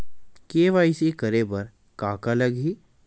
KYC करे बर का का लगही?